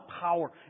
power